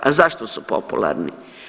A zašto su popularni?